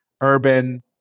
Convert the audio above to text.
urban